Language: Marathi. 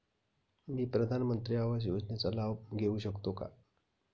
मी प्रधानमंत्री आवास योजनेचा लाभ घेऊ शकते का?